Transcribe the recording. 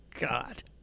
God